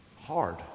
hard